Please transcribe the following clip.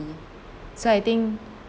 so think